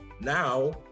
Now